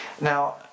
Now